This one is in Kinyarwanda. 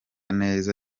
neza